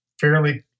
fairly